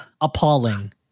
appalling